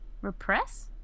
Repress